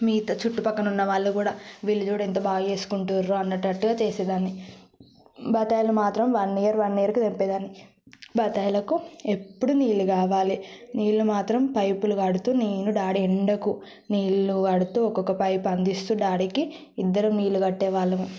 చుట్టుపక్కన ఉన్న వాళ్ళు కూడా వీళ్ళు చూడు ఎంత బాగా చేస్కుంటుంరో అనేటట్టు చేసేదాన్ని బత్తాయిలు మాత్రం వన్ ఇయర్ వన్ ఇయర్కి తెంపేదాన్ని బత్తాయిలకు ఎప్పుడు నీళ్లు కావాలి నీళ్లు మాత్రం పైపులు వాడుతూ నేను డాడీ ఎండకు నీళ్లు వాడుతూ ఒక్కొక్క పైప్ అందిస్తూ డాడీకి ఇద్దరు నీళ్లు కట్టే వాళ్ళం